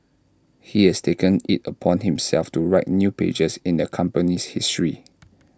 he has taken IT upon himself to write new pages in the company's history